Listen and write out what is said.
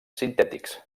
sintètics